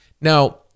Now